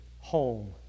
home